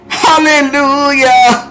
hallelujah